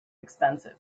expensive